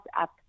up